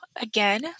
again